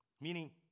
meaning